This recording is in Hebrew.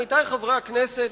עמיתי חברי הכנסת,